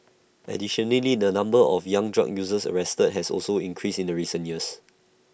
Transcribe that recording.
additionally the number of young drug users arrested has also increased in recent years